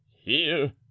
Here